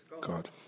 God